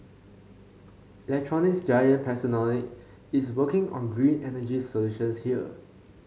electronics giant is working on green energy solutions here